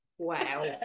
wow